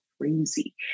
crazy